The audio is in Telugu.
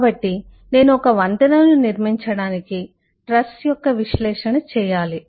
కాబట్టి నేను ఒక వంతెనను నిర్మించడానికి ట్రస్ యొక్క విశ్లేషణ చేయాలి